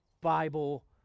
Bible